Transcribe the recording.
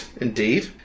Indeed